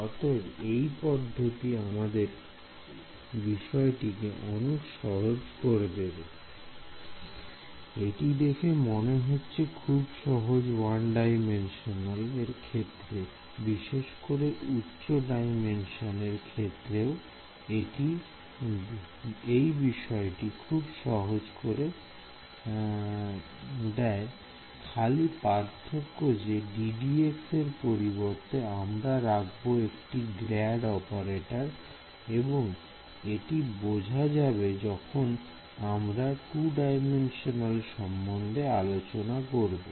অতএব এই পদ্ধতিটি আমাদের বিষয়টিকে অনেক সহজ করে দেবে এটি দেখে মনে হচ্ছে খুব সহজ 1D এর ক্ষেত্রে বিশেষ করে উচ্চ ডাইমেনশন এর ক্ষেত্রেও এটি বিষয়টিকে খুব সহজ করে দেয় খালি একটি পার্থক্য যে ddx এর পরিবর্তে আমরা রাখবো একটি ∇ অপারেটর এবং এটি বোঝা যাবে যখন আমরা 2D সম্বন্ধে আলোচনা করব